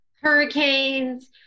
Hurricanes